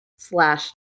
slash